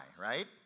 right